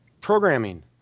Programming